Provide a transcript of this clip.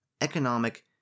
economic